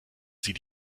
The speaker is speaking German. sie